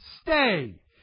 stay